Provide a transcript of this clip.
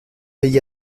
pays